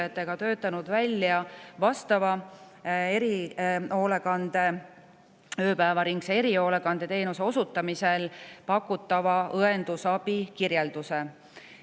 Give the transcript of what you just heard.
töötanud välja ööpäevaringse erihoolekandeteenuse osutamisel pakutava õendusabi kirjelduse,